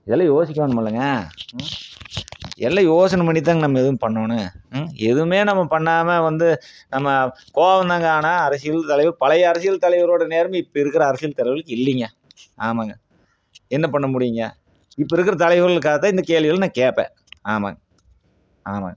இதையெல்லாம் யோசிக்கணும் இல்லைங்க ம் எல்லாம் யோசனை பண்ணிதாங்க நம்ம எதுவும் பண்ணணும் ம் எதுவுமே நம்ம பண்ணாமல் வந்து நம்ம கோவம்தாங்க ஆனால் அரசியல் தலைவர் பழைய அரசியல் தலைவரோடய நேர்மை இப்போ இருக்கிற அரசியல் தலைவருக்கு இல்லைங்க ஆமாங்க என்ன பண்ண முடியும்க இப்போ இருக்கிற தலைவர்களுக்காக தான் இந்த கேள்வி எல்லாம் நான் கேட்பேன் ஆமாங்க ஆமாங்க ம்